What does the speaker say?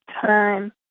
time